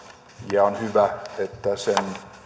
ja on hyvä että sen